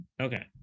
Okay